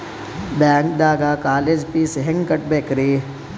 ಬ್ಯಾಂಕ್ದಾಗ college fees ಹೆಂಗ್ ಕಟ್ಟ್ಬೇಕ್ರಿ?